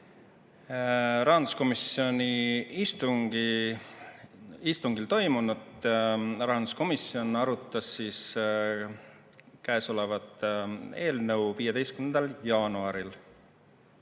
rahanduskomisjoni istungil toimunut. Rahanduskomisjon arutas käesolevat eelnõu 15. jaanuaril.